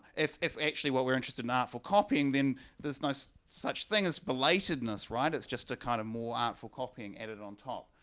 if if actually what we're interested in, art for copying then there's no such thing as belatedness right it's just a kind of more artful copying edited on top.